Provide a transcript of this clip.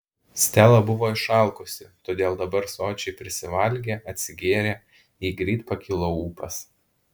stela buvo išalkusi todėl dabar sočiai prisivalgė atsigėrė jai greit pakilo ūpas